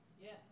Yes